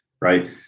Right